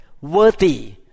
Worthy